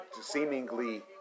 seemingly